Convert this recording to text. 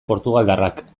portugaldarrak